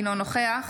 אינו נוכח